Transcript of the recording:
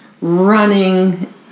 running